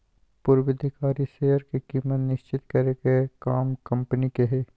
पूर्वधिकारी शेयर के कीमत निश्चित करे के काम कम्पनी के हय